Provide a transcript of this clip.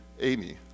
Amy